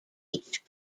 beach